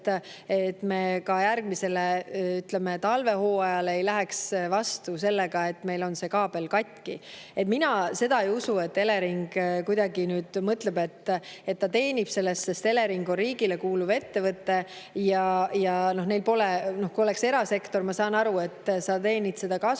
et me ka järgmisele, ütleme, talvehooajale ei läheks vastu nii, et meil on see kaabel katki. Mina seda ei usu, et Elering kuidagi mõtleb, et ta teenib sellest, sest Elering on riigile kuuluv ettevõte ja neil pole … Kui oleks erasektor, ma saan aru, et seal teenid seda kasumit,